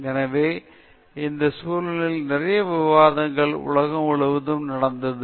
எனவே இந்த சூழலில் நிறைய விவாதங்கள் உலகம் முழுவதும் நடந்தது